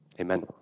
Amen